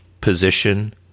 position